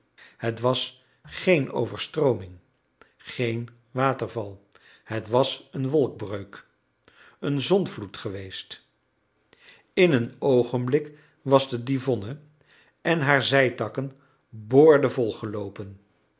het was geen overstrooming geen waterval het was een wolkbreuk een zondvloed geweest in een oogenblik was de divonne en haar zijtakken boordevol geloopen